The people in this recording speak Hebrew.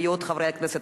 היו עוד חברי כנסת,